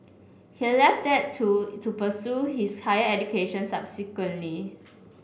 he left that too to pursue his higher education subsequently